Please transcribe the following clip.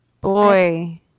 boy